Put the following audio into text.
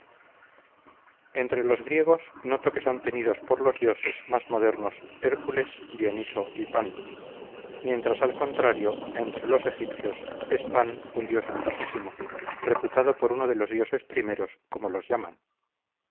entre los griegos noto que son tenidos por los dioses más modernos hércules dioniso y pan mientras al contrario entre los egipcios es pan un dios antiquísimo reputado por uno de los dioses primeros como los llaman